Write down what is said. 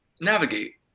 navigate